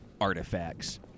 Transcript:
artifacts